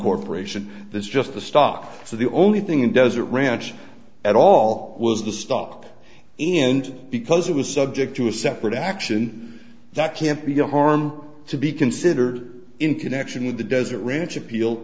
corporation that's just the stock so the only thing it does a ranch at all was the stock and because it was subject to a separate action that can't be done harm to be considered in connection with the desert ranch appeal